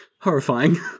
horrifying